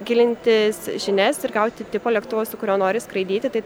gilinti žinias ir gauti tipo lėktuvo su kuriuo nori skraidyti tai